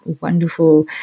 wonderful